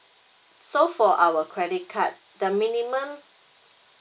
so for our credit card the minimum